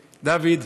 דוד,